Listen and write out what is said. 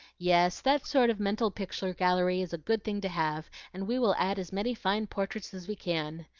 yes, that sort of mental picture-gallery is a good thing to have, and we will add as many fine portraits as we can.